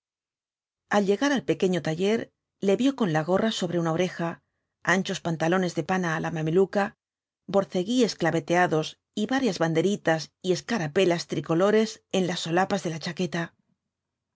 al llegar al pequeño taller le yió con la gorra sobre una oreja anchos pantalones de pana á la mameluca borceguíes claveteados y varias banderitas y escarapelas tricolores en las solapas de la chaqueta